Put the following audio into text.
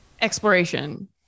Exploration